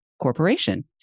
Corporation